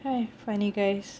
!hais! funny guys